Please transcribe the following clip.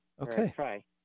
okay